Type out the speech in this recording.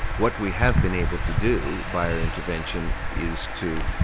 what we have been able to do by our intervention is to,